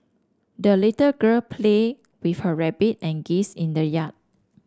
the little girl played with her rabbit and geese in the yard